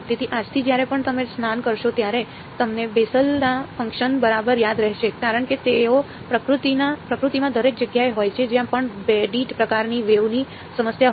તેથી આજથી જ્યારે પણ તમે સ્નાન કરશો ત્યારે તમને બેસલના ફંકશન બરાબર યાદ રહેશે કારણ કે તેઓ પ્રકૃતિમાં દરેક જગ્યાએ હોય છે જ્યાં પણ 2 ડી પ્રકારની વેવ ની સમસ્યા હોય